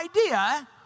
idea